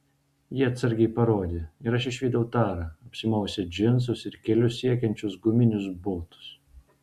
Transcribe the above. ji atsargiai parodė ir aš išvydau tarą apsimovusią džinsus ir kelius siekiančius guminius botus